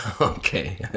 Okay